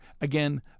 Again